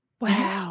Wow